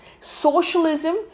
Socialism